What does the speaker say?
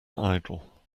idol